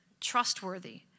trustworthy